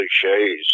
cliches